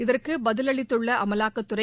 இதற்கு பதிலளித்துள்ள அமலாக்கத்துறை